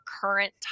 current